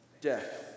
Death